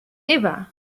ever